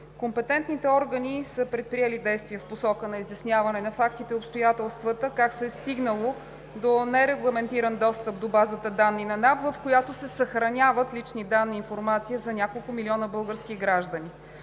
Компетентните органи са предприели действия в посока на изясняване на фактите и обстоятелствата как се е стигнало до нерегламентиран достъп до базата данни на НАП, в която се съхраняват лични данни и информация за няколко милиона български граждани.